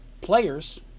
players